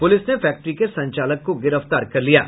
police ने factory के संचालक को गिरफ्तार कर लिया है